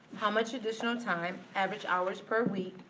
how much additional time, average hours per week,